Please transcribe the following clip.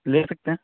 لے سکتے ہیں